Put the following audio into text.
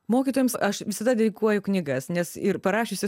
mokytojams aš visada dedikuoju knygas nes ir parašiusi